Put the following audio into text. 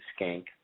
Skank